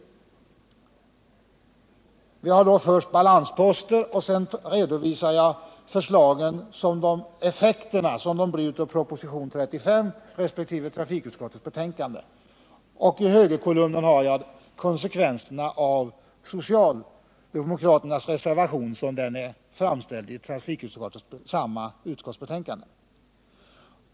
Jag börjar med balansposterna och redovisar sedan effekterna dels av propositionen 35 och trafikutskottets betänkande, som är detsamma, dels av socialdemokraternas reservation till samma utskottsbetänkande.